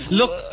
look